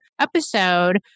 episode